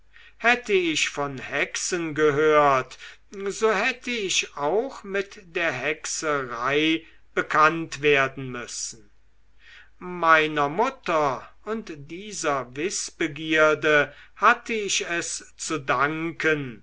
hätte ich von hexen gehört so hätte ich auch mit der hexerei bekannt werden müssen meiner mutter und dieser wißbegierde hatte ich es zu danken